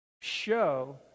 show